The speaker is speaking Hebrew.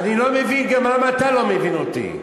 אני לא מבין, גם אתה לא מבין אותי,